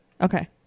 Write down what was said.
Okay